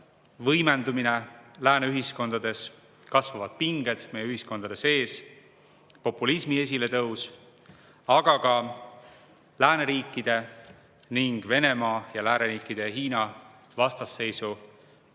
võimendumine lääne ühiskondades, kasvavad pinged meie ühiskondade sees, populismi esiletõus, aga ka lääneriikide ja Venemaa ning lääneriikide ja Hiina vastasseisu